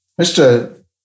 Mr